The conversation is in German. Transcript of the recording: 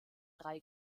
drei